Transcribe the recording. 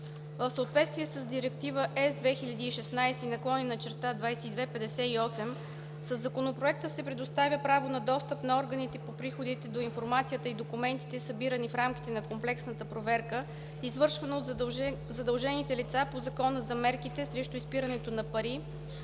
В съответствие с Директива (ЕС) 2016/2258 със Законопроекта се предоставя право на достъп на органите по приходите до информацията и документите, събирани в рамките на комплексната проверка, извършвана от задължените лица по Закона за мерките срещу изпирането на пари,